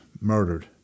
murdered